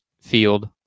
field